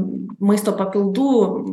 maisto papildų